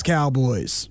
Cowboys